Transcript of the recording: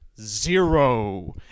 zero